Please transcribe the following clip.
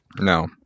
no